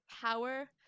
power